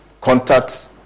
contact